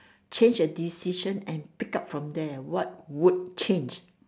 change a decision and pick up from there what would change